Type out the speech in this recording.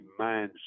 mindset